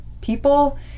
people